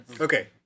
Okay